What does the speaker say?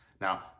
Now